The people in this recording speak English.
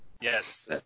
Yes